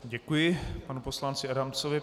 Děkuji panu poslanci Adamcovi.